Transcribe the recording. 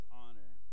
honor